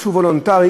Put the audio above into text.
משהו וולונטרי,